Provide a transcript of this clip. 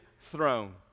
throne